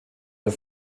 der